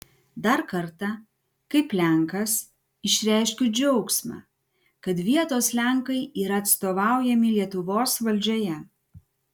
dar kartą kaip lenkas išreikšiu džiaugsmą kad vietos lenkai yra atstovaujami lietuvos valdžioje